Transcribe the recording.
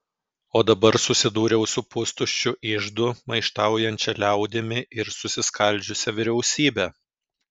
o dabar susidūriau su pustuščiu iždu maištaujančia liaudimi ir susiskaldžiusia vyriausybe